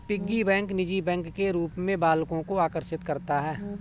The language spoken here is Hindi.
पिग्गी बैंक निजी बैंक के रूप में बालकों को आकर्षित करता है